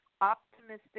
optimistic